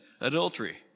adultery